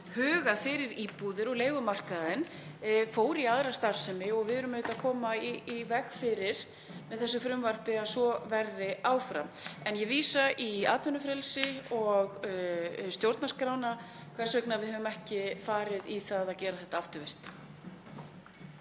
hugsað fyrir íbúðir og leigumarkaðinn fór í aðra starfsemi og við erum auðvitað að koma í veg fyrir með þessu frumvarpi að svo verði áfram. En ég vísa í atvinnufrelsi og stjórnarskrána varðandi það hvers vegna við höfum ekki farið í það að gera þetta afturvirkt.